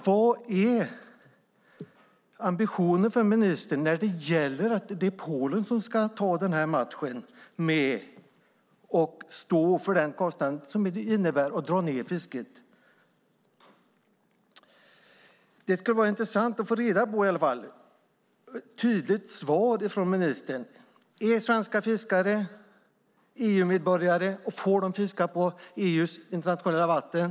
Vad är ministerns ambition när det gäller att Polen ska ta matchen och stå för kostnaden som det innebär att dra ned fisket? Det skulle vara intressant att få reda på. Jag vill också ha ett tydligt svar från ministern på om svenska fiskare är EU-medborgare och får fiska på EU:s internationella vatten.